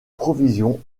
provisions